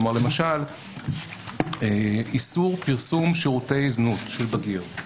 כלומר, למשל איסור פרסום שירותי זנות של בגיר.